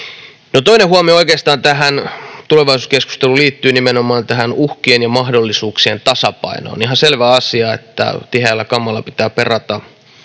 toinen huomio oikeastaan tähän tulevaisuuskeskusteluun liittyy nimenomaan uhkien ja mahdollisuuksien tasapainoon. On ihan selvä asia, että tiheällä kammalla pitää perata